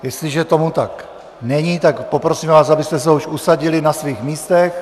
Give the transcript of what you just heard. Jestliže tomu tak není, tak vás poprosím, abyste se už usadili na svých místech.